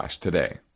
today